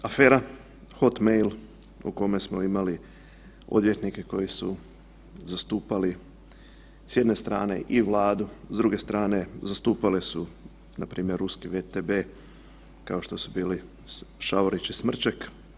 Afera hot mail o kome smo imali odvjetnike koji su zastupali s jedne strane i Vladu, s druge strane zastupale su npr. ruski VTB kao što su bili Šavorić i Smrček.